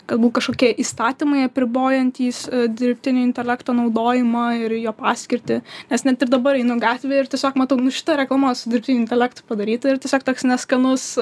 galbūt kažkokie įstatymai apribojantys dirbtinio intelekto naudojimą ir jo paskirtį nes net ir dabar einu gatvėj ir tiesiog matau nu šita reklama su dirbtiniu intelektu padaryta ir tiesiog toks neskanus